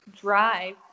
drive